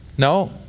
No